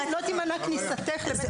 אבל לא תימנע כניסתך לבית החולים.